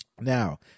Now